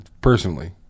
personally